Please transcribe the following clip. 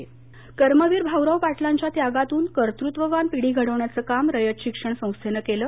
उद्वाटन कर्मवीर भाऊराव पाटलांच्या त्यागातून कर्तृत्ववान पिढी घडवण्याचं काम रयत शिक्षण संस्थेनं केलं